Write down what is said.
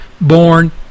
born